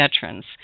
Veterans